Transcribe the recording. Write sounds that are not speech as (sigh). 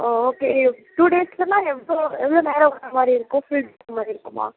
okay two டேஸ்லனா எவ்வளோ எவ்வளோ நேரம் வர மாதிரி இருக்கும் ஃபுல் (unintelligible) மாதிரி இருக்குமா